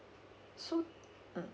so mm